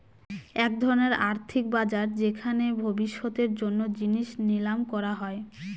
এক ধরনের আর্থিক বাজার যেখানে ভবিষ্যতের জন্য জিনিস নিলাম করা হয়